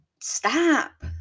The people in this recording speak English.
stop